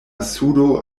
sudo